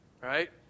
Right